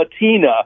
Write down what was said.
Latina